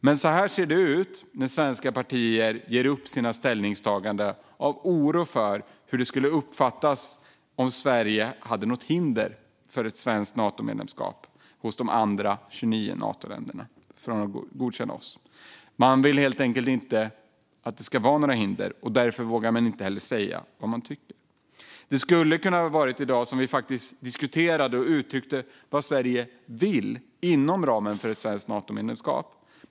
Men så här ser det ut när svenska partier ger upp sina ställningstaganden av oro för hur det skulle uppfattas om det fanns något hinder för ett svenskt Natomedlemskap hos de andra 29 Natoländerna som ska godkänna oss. Man vill helt enkelt inte att det ska finnas några hinder, och därför vågar man inte heller säga vad man tycker. Det skulle kunna ha varit i dag vi faktiskt diskuterade och uttryckte vad Sverige vill inom ramen för ett svenskt Natomedlemskap.